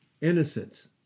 Innocence